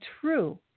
true